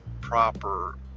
proper